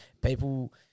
people